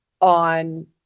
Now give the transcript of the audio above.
on